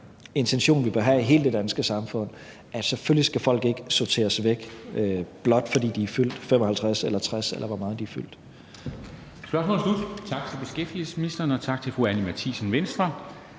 intention, vi bør have i hele det danske samfund, nemlig at folk selvfølgelig ikke skal sorteres fra, blot fordi de er fyldt 55 eller 60 år, eller hvor meget de er fyldt.